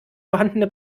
vorhandene